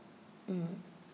mm